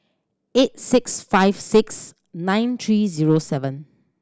eight six five six nine three zero seven